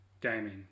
gaming